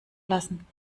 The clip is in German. lassen